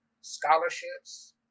scholarships